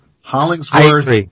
Hollingsworth